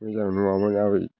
मोजां नङामोन आबै